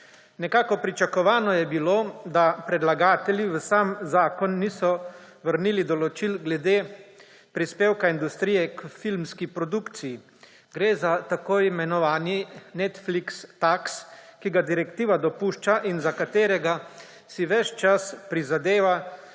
Nekako pričakovano je bilo, da predlagatelji v zakon niso vrnili določil glede prispevka industrije k filmski produkciji. Gre za tako imenovani Netflix tax, ki ga direktiva dopušča in za katerega si ves čas prizadeva